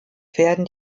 werden